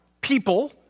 people